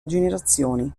generazioni